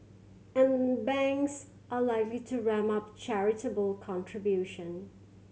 and banks are likely to ramp up charitable contribution